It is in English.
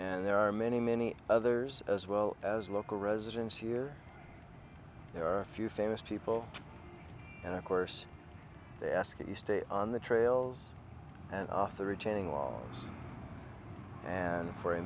and there are many many others as well as local residents here there are a few famous people and of course they ask that you stay on the trails and off the retaining wall and for a